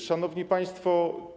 Szanowni Państwo!